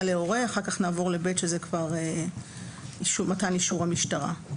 להורה ואחר כך נעבור ל-(ב) שזה כבר מתן אישור המשטרה.